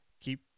keep